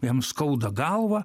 jam skauda galvą